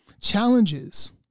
challenges